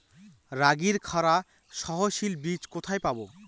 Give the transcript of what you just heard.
রাগির খরা সহনশীল বীজ কোথায় পাবো?